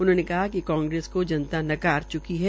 उन्होंने कहा कि कांग्रेस को जनता नकार च्की है